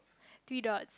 three dots